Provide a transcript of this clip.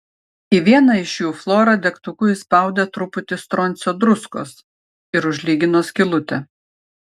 į vieną iš jų flora degtuku įspaudė truputį stroncio druskos ir užlygino skylutę